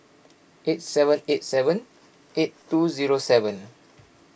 eight seven eight seven eight two zero seven